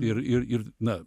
ir ir ir na